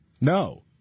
No